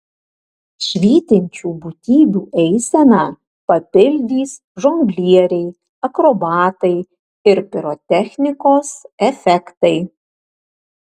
švytinčių būtybių eiseną papildys žonglieriai akrobatai ir pirotechnikos efektai